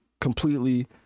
completely